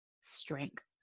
strength